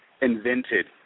invented